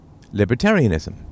libertarianism